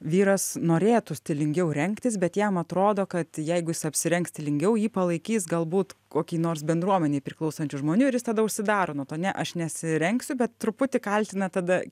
vyras norėtų stilingiau rengtis bet jam atrodo kad jeigu jis apsirengs stilingiau jį palaikys galbūt kokį nors bendruomenei priklausančių žmonių ir jis tada užsidaro nuo to ne aš nesirengsiu bet truputį kaltina tada